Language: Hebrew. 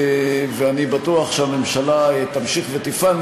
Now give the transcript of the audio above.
ואני בטוח שהממשלה תמשיך ותפעל.